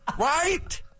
Right